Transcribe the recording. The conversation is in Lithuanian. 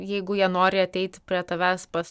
jeigu jie nori ateiti prie tavęs pas